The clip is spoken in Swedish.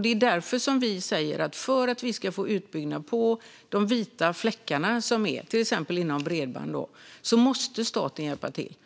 Det är därför som vi säger att för att vi ska få en utbyggnad på de vita fläckar som finns, till exempel i fråga om bredband, måste staten hjälpa till.